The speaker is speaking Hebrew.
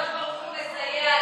הקדוש ברוך הוא מסייע לנו.